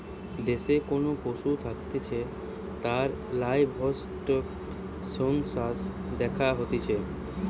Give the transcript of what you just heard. দেশে কোন পশু থাকতিছে তার লাইভস্টক সেনসাস দ্যাখা হতিছে